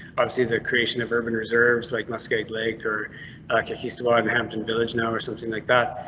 obviously the creation of urban reserves like muskeg lake or like yeah keystone um hampton village now or something like that.